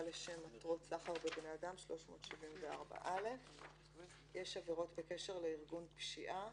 לשם מטרות סחר בבני אדם"; יש עבירות בקשר לארגון פשיעה: